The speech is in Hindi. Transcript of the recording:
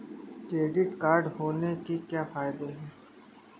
क्रेडिट कार्ड होने के क्या फायदे हैं?